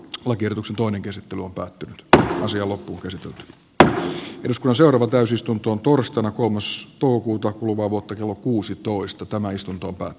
lakiehdotuksen toinen käsi lupaa että asiaa loppuunkäsitelty ja ismo sorva täysistuntoon torstaina kolmas joulukuuta kuluvaa vuotta kello kuusitoista tämä istunto pää